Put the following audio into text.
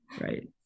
Right